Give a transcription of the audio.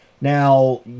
Now